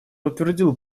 утвердил